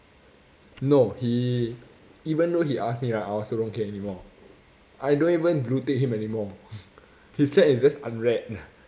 no he even though he ask me right I also don't care anymore I don't even blue tick him anymore his chat is just unread